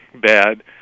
bad